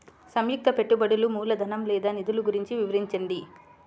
సంయుక్త పెట్టుబడులు మూలధనం లేదా నిధులు గురించి వివరించండి?